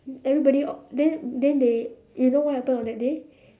everybody all then then they you know what happened on that day